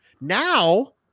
Now